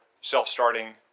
self-starting